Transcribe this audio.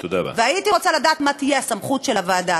והייתי רוצה לדעת מה תהיה הסמכות של הוועדה.